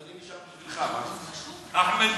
אני נשאר בשבילך, אחמד,